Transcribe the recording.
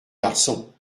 garçon